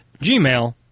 Gmail